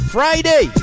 Friday